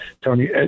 Tony